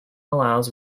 allows